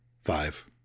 five